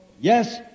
Yes